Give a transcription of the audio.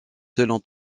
selon